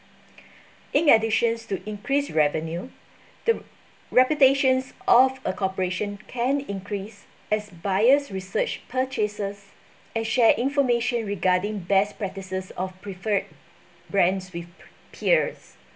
in additions to increase revenue the reputations of a corporation can increase as buyers research purchases and share information regarding best practices of preferred brands with peers